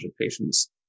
patients